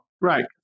Right